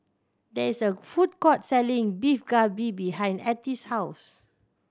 there is a food court selling Beef Galbi behind Ettie's house